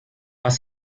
was